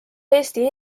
eesti